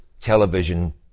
television